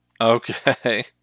Okay